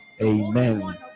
Amen